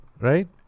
right